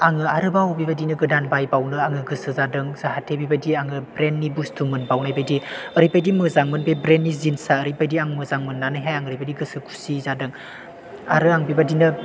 आं आरोबाव बेबायदिनो बे गोदान बायबावनो आरो गोसो जादों जाहाथे बेबादि आं ब्रेन्दनि बुसथु मोनबावनायबादि ओरैबादि मोजांमोन बे ब्रेन्दनि जिन्सा ओरैबादि आं मोजां मोननानैहाय ओरैबादि गोसो खुसि जादों आरो आं बेबायदिनो